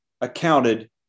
accounted